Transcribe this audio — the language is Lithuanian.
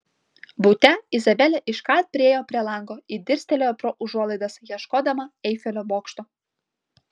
bute izabelė iškart priėjo prie lango ir dirstelėjo pro užuolaidas ieškodama eifelio bokšto